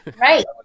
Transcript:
Right